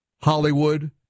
Hollywood